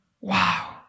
Wow